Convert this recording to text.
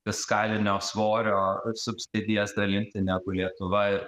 fiskalinio svorio subsidijas dalinti negu lietuva ir